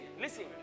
listen